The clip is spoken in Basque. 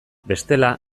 bestela